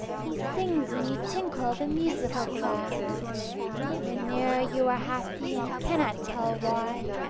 he sings when you tinkle the musical glass whene'er you are happy and cannot tell why,